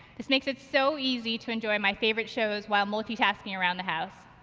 this makes it so easy to enjoy my favorite shows while multitasking around the house.